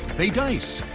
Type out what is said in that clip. they dice.